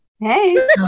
Hey